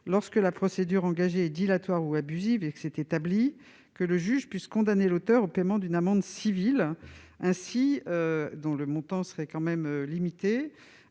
lorsque la procédure engagée est dilatoire ou abusive, et que cela est établi, que le juge puisse condamner l'auteur des faits au paiement d'une amende civile dont le montant serait limité.